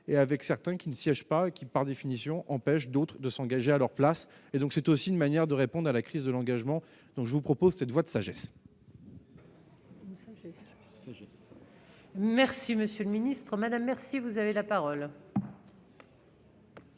et avec certains qui ne siègent pas, qui par définition empêchent d'autres de s'engager à leur place, et donc c'est aussi une manière de répondre à la crise de l'engagement, donc je vous propose cette voie de sagesse. C'est chez ces. Merci monsieur le ministre, madame, merci, vous avez la parole.